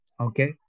okay